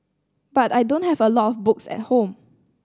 but I don't have a lot of books at home